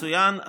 מצוין.